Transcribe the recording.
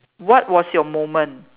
what was your moment